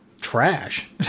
trash